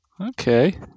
Okay